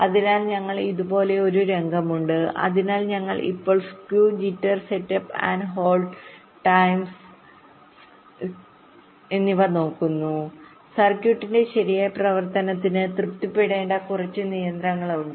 അതിനാൽ ഞങ്ങൾക്ക് ഇതുപോലുള്ള ഒരു രംഗമുണ്ട് അതിനാൽ ഞങ്ങൾ ഇപ്പോൾ skew jitter setup and hold times skew jitter setup and hold timesഎന്നിവ നോക്കുന്നു സർക്യൂട്ടിന്റെ ശരിയായ പ്രവർത്തനത്തിന് തൃപ്തിപ്പെടേണ്ട കുറച്ച് നിയന്ത്രണങ്ങളുണ്ട്